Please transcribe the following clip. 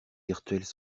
virtuelles